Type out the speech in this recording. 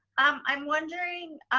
um i'm wondering,